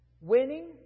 winning